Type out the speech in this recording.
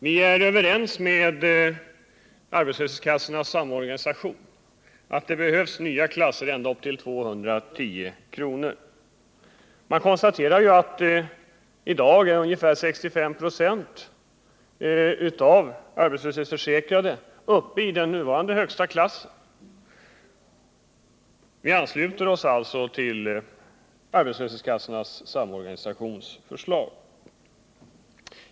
Vi är överens med arbetslöshetskassornas samorganisation om att det behövs nya klasser ända upp till 210 kr. Man konstaterar att i dag ungefär 65 96 av de arbetslöshetsförsäkrade är uppe i den nuvarande högsta klassen. Vi ansluter oss alltså till arbetslöshetskassornas samorganisations förslag.